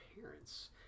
parents